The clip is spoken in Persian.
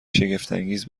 شگفتانگیز